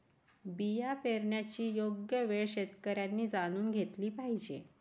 बिया पेरण्याची योग्य वेळ शेतकऱ्यांनी जाणून घेतली पाहिजे